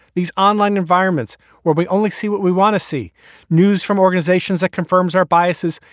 these online environments where we only see what we want to see news from organizations that confirms our biases,